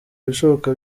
ibishoboka